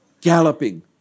galloping